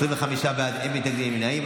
25 בעד, אין מתנגדים, אין נמנעים.